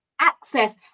access